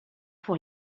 pour